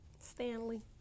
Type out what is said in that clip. Stanley